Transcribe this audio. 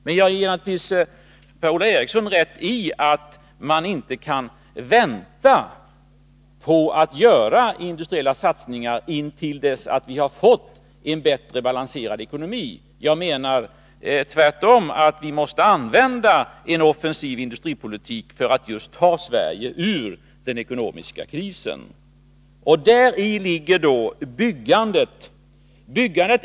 Men jag ger naturligtvis Per-Ola Eriksson rätt i att man inte kan vänta på att göra industriella satsningar intill dess vi har fått en bättre balanserad ekonomi. Jag menar tvärtom att vi måste använda en offensiv industripolitik för att just ta Sverige ur den ekonomiska krisen. I detta sammanhang kan jag nämna byggandet.